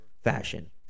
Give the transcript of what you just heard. fashion